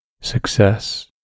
Success